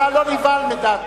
אתה לא נבהל מדעתו.